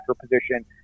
position